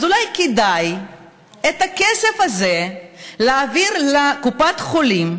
אז אולי כדאי להעביר את הכסף הזה לקופות החולים,